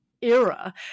era